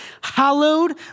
hallowed